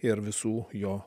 ir visų jo